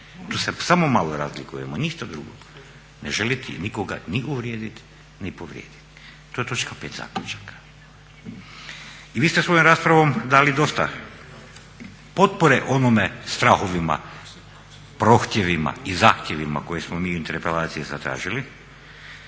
Tu se samo malo razlikujemo, ništa drugo. Ne željeti nikoga ni uvrijediti, ni povrijediti. To je točka pet zaključka. I vi ste svojom raspravom dali dosta potpore onim strahovima, prohtjevima i zahtjevima koje smo mi u interpelaciji zatražili